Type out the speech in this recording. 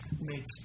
makes